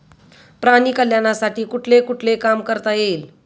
प्राणी कल्याणासाठी कुठले कुठले काम करता येईल?